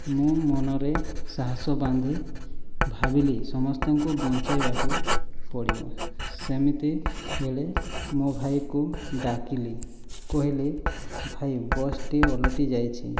ମୁଁ ମନରେ ସାହସ ବାନ୍ଧି ଭାବିଲି ସମସ୍ତଙ୍କୁ ବଞ୍ଚାଇବାକୁ ପଡ଼ିବ ସେମିତି ବେଳେ ମୋ' ଭାଇକୁ ଡାକିଲି କହିଲି ଭାଇ ବସ୍ଟି ଓଲଟିଯାଇଛି